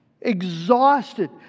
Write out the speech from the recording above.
exhausted